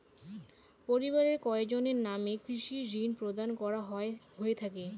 পরিবারের কয়জনের নামে কৃষি ঋণ প্রদান করা হয়ে থাকে?